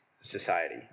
society